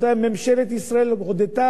ממשלת ישראל הודתה,